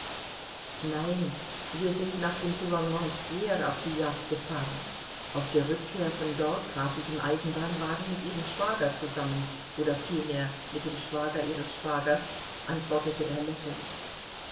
nein wir sind nach dem gouvernement twer auf die jagd gefahren auf der rückkehr von dort traf ich im eisenbahnwagen mit ihrem schwager zusammen oder vielmehr mit dem schwager ihres schwagers antwortete er lächelnd